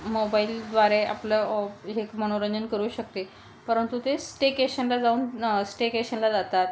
मोबाईलद्वारे आपलं हे मनोरंजन करू शकते परंतु ते स्टेकेशनला जाऊन स्टेकेशनला जातात